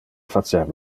facer